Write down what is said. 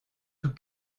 tout